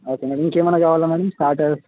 okay madam ఇంకేమైనా కావాలా madam starters